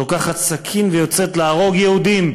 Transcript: לוקחת סכין ויוצאת להרוג יהודים?